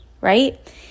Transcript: right